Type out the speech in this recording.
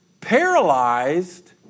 paralyzed